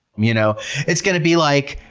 you know it's going to be like,